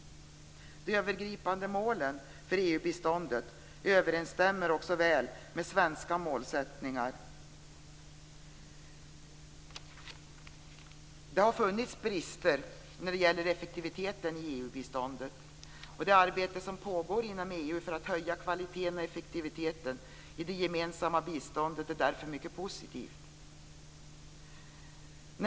De övergripande målen för EU-biståndet överensstämmer också väl med svenska målsättningar. Det har funnits brister när det gäller effektiviteten i EU-biståndet, och det arbete som pågår inom EU för att höja kvaliteten och effektiviteten i det gemensamma biståndet är därför mycket positivt.